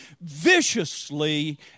viciously